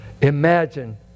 Imagine